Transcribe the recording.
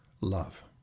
love